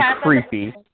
creepy